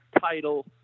title